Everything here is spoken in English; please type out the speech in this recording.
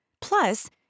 Plus